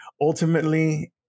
Ultimately